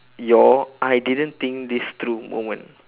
your I didn't think this through moment